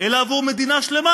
אלא עבור מדינה שלמה,